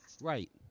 Right